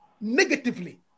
negatively